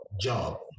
job